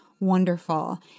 wonderful